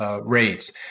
rates